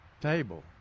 table